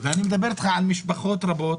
אני מדבר איתך על משפחות רבות,